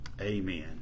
Amen